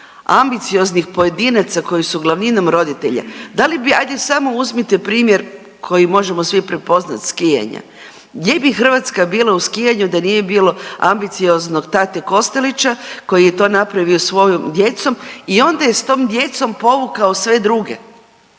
ambicioznih pojedinaca koji su glavninom roditelji. Da li bi ajde samo uzmite primjer koji možemo svi prepoznat skijanje, gdje bi Hrvatska bila u skijanju da nije bilo ambicioznog tate Kostelića koji je to napravio svojom djecom i onda je s tom djecom povukao sve druge.